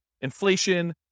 inflation